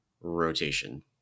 rotation